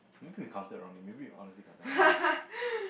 maybe you counted wrongly maybe you honestly counted wrongly